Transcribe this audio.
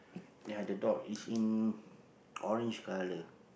ya the dog is in orange colour